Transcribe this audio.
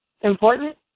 important